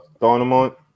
Dynamite